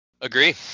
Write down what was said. Agree